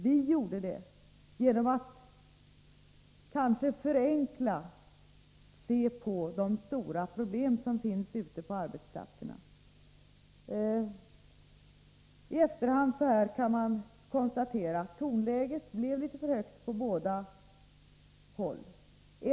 Vi gjorde det kanske genom att se alltför förenklat på de stora problem som finns ute på arbetsplatserna. Så här i efterhand kan man konstatera att tonläget blev litet för högt på båda håll.